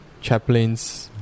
Chaplain's